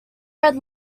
red